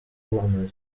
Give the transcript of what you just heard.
bamwe